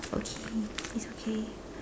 okay it's okay